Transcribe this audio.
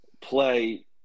play